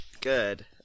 Good